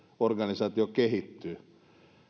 organisaatio kehittyy